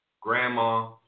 grandma